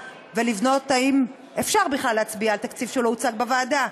ולבדוק אם אפשר בכלל להצביע על תקציב שלא הוצג בוועדה.